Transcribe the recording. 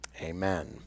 Amen